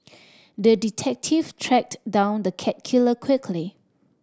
the detective tracked down the cat killer quickly